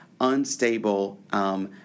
unstable